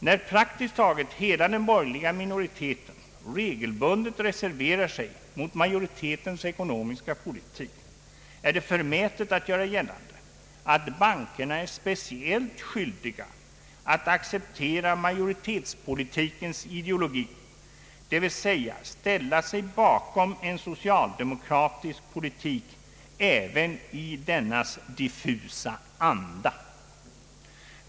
När praktiskt taget hela den borgerliga minoriteten regelbundet reserverar sig mot majoritetens ekonomiska politik är det förmätet att göra gällande att bankerna är speciellt skyldiga att acceptera majoritetspolitikens ideologi, d.v.s. ställa sig bakom en socialdemokratisk politik även i dennas diffusa anda.